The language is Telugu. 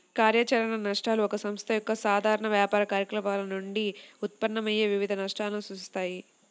కార్యాచరణ నష్టాలు ఒక సంస్థ యొక్క సాధారణ వ్యాపార కార్యకలాపాల నుండి ఉత్పన్నమయ్యే వివిధ నష్టాలను సూచిస్తాయి